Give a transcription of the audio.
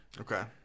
Okay